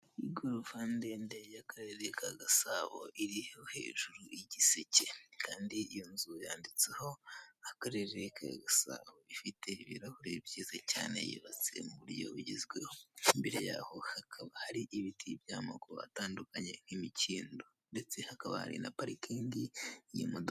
Igorofa ndende ya akarere ka Gasabo iriho hejuru igiseke kandi iyonzu yanditseho akarere ka Gasabo. Ifite ibirahure byiza cyane yubatse muburyo bugezweho, imbere yaho hakaba hari ibiti bya amoko atandukanye nka imikindo ndetse hakaba hari na parikingi y'imodoka.